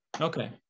okay